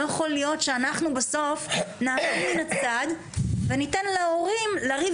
לא יכול להיות שאנחנו בסוף נעמוד מן הצד וניתן להורים לריב